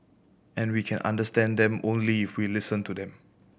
and we can understand them only if we listen to them